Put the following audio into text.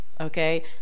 Okay